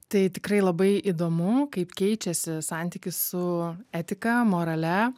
tai tikrai labai įdomu kaip keičiasi santykis su etika morale